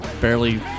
barely